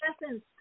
lessons